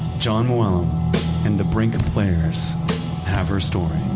jon mooallem and the brink and players have her story